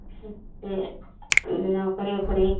अच्छी यह नौकरी ओकरी